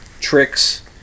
tricks